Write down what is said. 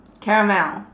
caramel